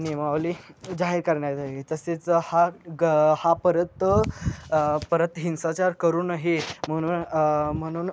नियमावली जाहीर करण्यातसाठी आहे तसेच हा ग हा परत परत हिंसाचार करू नये म्हणून म्हणून